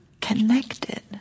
connected